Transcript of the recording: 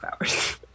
hours